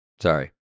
Sorry